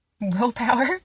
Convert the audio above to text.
willpower